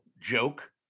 joke